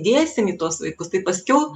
dėsim į tuos vaikus tai paskiau